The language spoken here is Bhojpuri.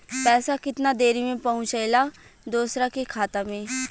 पैसा कितना देरी मे पहुंचयला दोसरा के खाता मे?